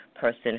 person